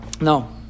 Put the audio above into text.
No